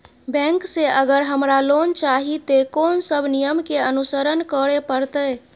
Bank से अगर हमरा लोन चाही ते कोन सब नियम के अनुसरण करे परतै?